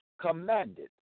commanded